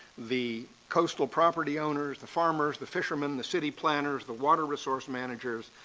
the coastal property owners, the farmers, the fishermen, the city planners, the water resource managers,